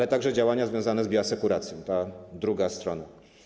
Są też działania związane z bioasekuracją, ta druga strona.